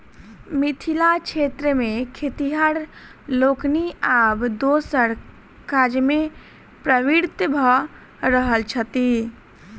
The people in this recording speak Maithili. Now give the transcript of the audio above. मिथिला क्षेत्र मे खेतिहर लोकनि आब दोसर काजमे प्रवृत्त भ रहल छथि